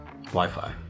Wi-Fi